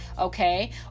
okay